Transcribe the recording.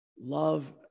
love